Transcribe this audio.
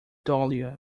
dahlia